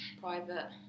private